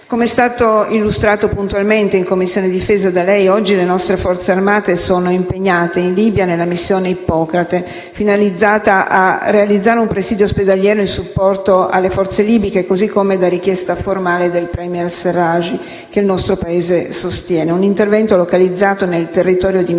Come è stato da lei puntualmente illustrato in Commissione difesa, oggi le nostre forze armate sono impegnate in Libia nella missione Ippocrate, finalizzata a realizzare un presidio ospedaliero in supporto alle forze libiche, così come da richiesta formale del *premier* al-Sarraj che il nostro Paese sostiene, un intervento localizzato sul territorio di Misurata.